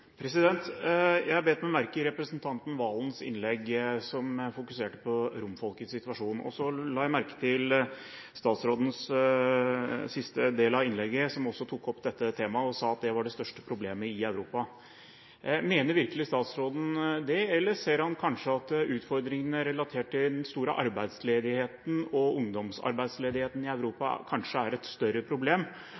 Jeg bet meg merke i at representanten Serigstad Valen i sitt innlegg fokuserte på romfolkets situasjon, og så la jeg merke til at statsråden i siste del av innlegget også tok opp dette temaet, og sa at det var det største problemet i Europa. Mener virkelig statsråden det, eller ser han at utfordringene relatert til den store arbeidsledigheten og ungdomsarbeidsledigheten i Europa